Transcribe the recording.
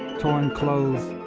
torn clothes,